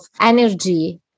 energy